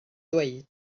dweud